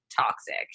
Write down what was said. toxic